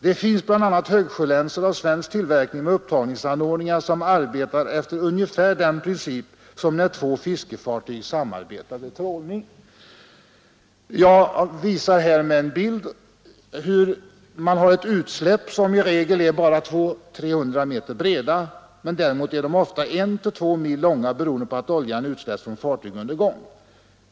Det finns bl.a. högsjölänsor av svensk tillverkning med upptagningsanordningar, som arbetar efter ungefär samma princip som när två fiskefartyg samarbetar vid trålning. Som framgår av den bild jag nu visar på TV-skärmen är utsläppen som regel bara 200-400 meter breda, men däremot ofta 1 eller 2 mil långa, beroende på att oljan utsläppts från fartyg under gång.